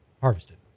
harvested